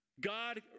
God